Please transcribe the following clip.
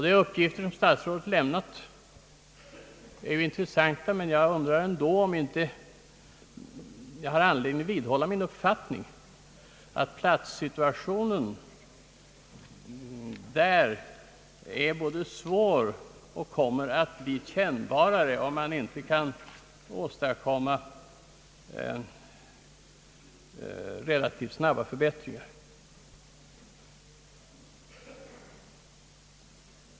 De uppgifter som statsrådet lämnat är intressanta, men jag undrar ändå om jag inte har anledning vidhålla min uppfattning att platssituationen där är svår och kommer att bli än kännbarare om vi inte kan åstadkomma relativt snabba förbättringar.